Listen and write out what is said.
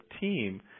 team